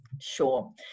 Sure